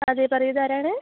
അതെ പറയൂ ഇതാരാണ്